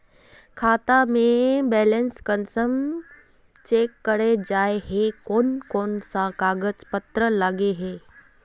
खाता में बैलेंस कुंसम चेक करे जाय है कोन कोन सा कागज पत्र लगे है?